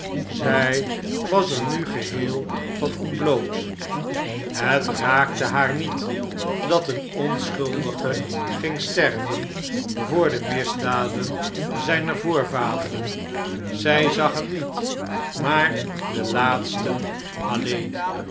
zjj was er nu geheel van ontbloot het raakte haar niet dat een onschuldige ging sterven voor de misdaden zjjner voorvaderen zij zag hem niet maar de laatsten alleen